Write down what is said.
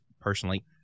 personally